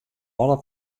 alle